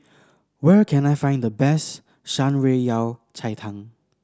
where can I find the best Shan Rui Yao Cai Tang